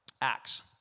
Acts